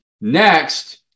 Next